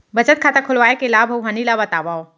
बचत खाता खोलवाय के लाभ अऊ हानि ला बतावव?